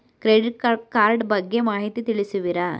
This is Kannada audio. ಕ್ರೆಡಿಟ್ ಕಾರ್ಡ್ ಬಗ್ಗೆ ಮಾಹಿತಿ ತಿಳಿಸುವಿರಾ?